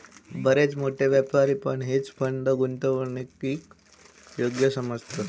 बरेच मोठे व्यापारी पण हेज फंड मध्ये गुंतवणूकीक योग्य समजतत